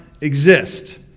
exist